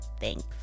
thanks